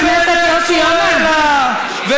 חבר הכנסת יוסי יונה, מספיק.